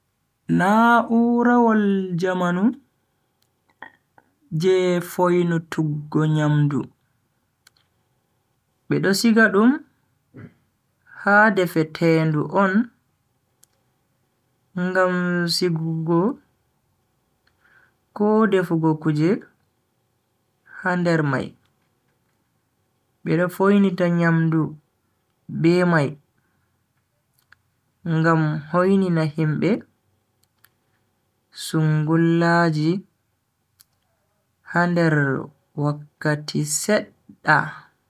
Na'urawol jamanu je foinutuggo nyamdu. bedo siga dum ha defetendu on Ngam sigugo ko defugo kuje ha nder mai. bedo foinita nyamdu be mai ngam hoinina himbe sungullaji ha nder wakkati sedda.